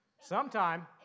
Sometime